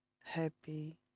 happy